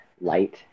light